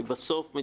כי בסוף,